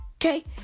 Okay